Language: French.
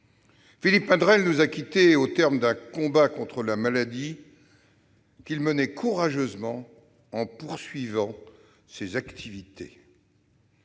Philippe Madrelle nous a quittés au terme d'un combat contre la maladie qu'il menait courageusement, en poursuivant ses activités.